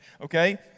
okay